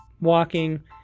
walking